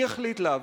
מי החליט להעביר,